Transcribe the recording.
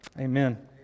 Amen